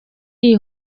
iyi